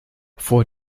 vor